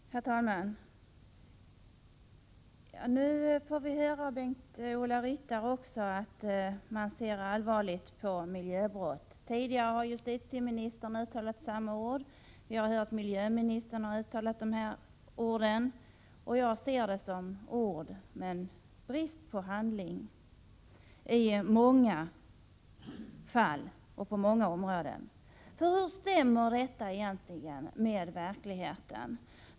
Herr talman! Nu får vi höra även av Bengt-Ola Ryttar att man ser allvarligt på miljöbrott. Tidigare har justitieministern uttalat samma ord. Vi har också hört miljöministern uttala dessa ord. Jag ser detta som ord men brist på handling i många fall och på många områden. Hur stämmer detta med verkligheten?